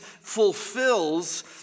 fulfills